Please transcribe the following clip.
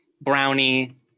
brownie